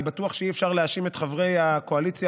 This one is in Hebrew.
אני בטוח שאי-אפשר להאשים את חברי הקואליציה